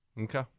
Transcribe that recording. okay